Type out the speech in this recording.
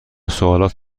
سوالات